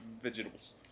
Vegetables